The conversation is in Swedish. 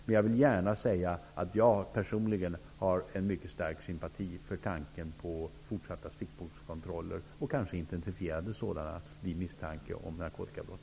Men jag vill gärna säga att jag personligen har en mycket stark sympati för tanken på fortsatta stickprovskontroller -- kanske kan det vara intensifierade sådana vid misstanke om narkotikabrott.